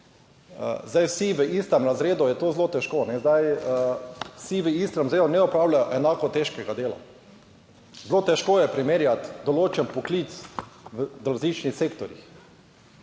zdaj vsi v istem razredu je to zelo težko. Zdaj vsi v istem razredu ne opravljajo enako težkega dela, zelo težko je primerjati določen poklic v različnih sektorjih.